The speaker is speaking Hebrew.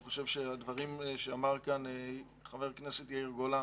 אני חושב שהדברים שאמר כאן חבר הכנסת יאיר גולן